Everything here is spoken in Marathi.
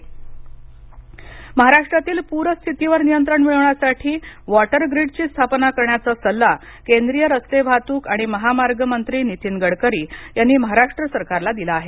नीतीन गडकरी सल्ला महाराष्ट्रातील पूर स्थितीवर नियंत्रण मिळवण्यासाठी वॉटर ग्रीडची स्थापना करण्याचा सल्ला केंद्रीय रस्ते वाहतूक आणि महामार्ग मंत्री नीतीन गडकरी यांनी महाराष्ट्र सरकारला दिला आहे